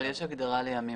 בחוק יש הגדרה לימים,